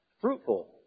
fruitful